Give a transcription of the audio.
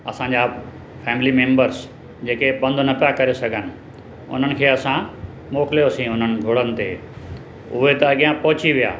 असांजा family members जेके पंधु न पिया करे सघनि उन्हनि खे असां मोकिलियोसीं उन्हनि घोड़नि ते उहे त अॻियां पहुची विया